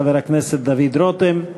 חבר הכנסת דוד רותם.